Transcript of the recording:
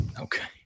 Okay